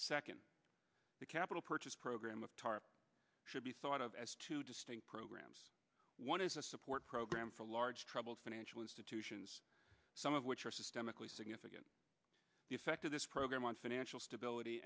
second the capital purchase program of tarp should be thought of as two distinct programs one is a support program for large troubled financial institutions some of which are systemically significant effect of this program on financial stability